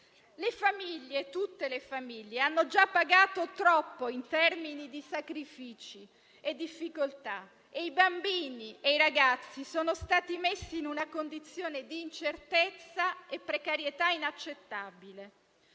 Le famiglie, tutte le famiglie, hanno già pagato troppo in termini di sacrifici e difficoltà; i bambini e i ragazzi sono stati messi in una condizione di incertezza e di precarietà inaccettabili,